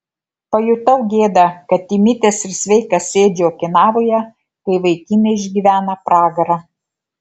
pajutau gėdą kad įmitęs ir sveikas sėdžiu okinavoje kai vaikinai išgyvena pragarą